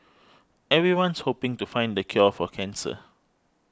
everyone's hoping to find the cure for cancer